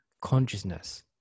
consciousness